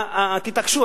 תתעקשו.